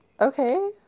Okay